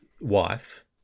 wife